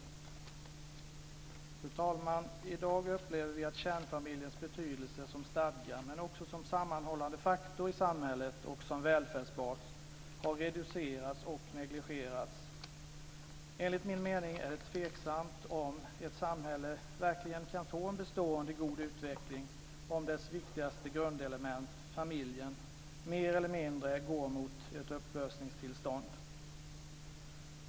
Fru talman! I dag upplever vi att kärnfamiljens betydelse som stadga men också som sammanhållande faktor i samhället och som välfärdsbas har reducerats och negligerats. Enligt min mening är det tveksamt om ett samhälle verkligen kan få en bestående god utveckling om dess viktigaste grundelement, familjen, mer eller mindre går mot ett upplösningstillstånd.